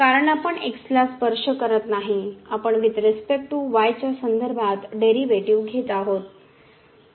आपण with respect to y च्या संदर्भात डेरिव्हेटिव्ह घेत आहोत